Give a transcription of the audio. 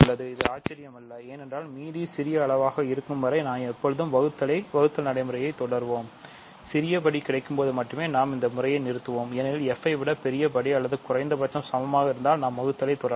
இது ஆச்சரியமல்ல ஏனென்றால் மீதி சிறிய அளவு இருக்கும் வரை நாம் எப்போதும் வகுத்தல் நடைமுறையைத் தொடரும் சிறிய படி கிடைக்கும்போது மட்டுமே நாம் இந்த முறைகளை நிறுத்துவோம் ஏனெனில் f ஐ விட பெரிய படி அல்லது குறைந்த பட்சம் சமமாக இருந்தால் நாம் வகுத்தலை தொடரலாம்